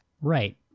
Right